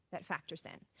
that factors in.